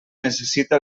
necessita